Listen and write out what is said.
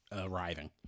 arriving